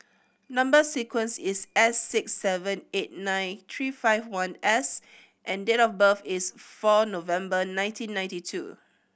number sequence is S six seven eight nine three five one S and date of birth is four November nineteen ninety two